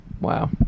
Wow